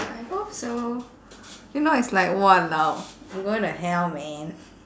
I hope so if not it's like !walao! I'm going to hell man